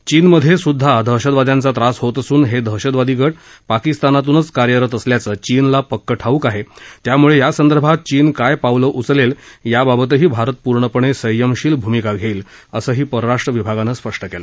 चीनमध्ये सुद्धा दहशतवाद्यांचा त्रास होत असून हे दहशतवादी गट पाकिस्तानातूनच कार्यरत असल्याचं चीनला पक्क ठाऊक आहे त्यामुळे यासंदर्भात चीन काय पावलं उचलेल याबाबत भारत पूर्णपणे संयमशील भूमिका घेईल असंही परराष्ट्रविभागानं स्पष्ट केलं